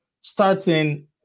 starting